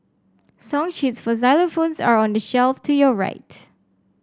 song sheets for xylophones are on the shelf to your right